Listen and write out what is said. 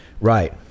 Right